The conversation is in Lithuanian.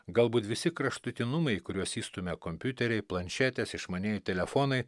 galbūt visi kraštutinumai kuriuos išstumia kompiuteriai planšetės išmanieji telefonai